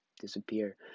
disappear